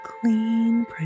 clean